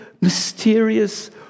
mysterious